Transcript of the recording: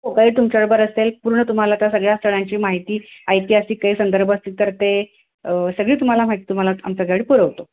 हो गाईड तुमच्याबरोबर असेल पूर्ण तुम्हाला त्या सगळ्या स्थळांची माहिती ऐतिहासिक काही संदर्भ असतील तर ते सगळी तुम्हाला माहिती तुम्हाला आमचं गाइड पुरवतो